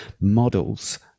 models